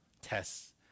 tests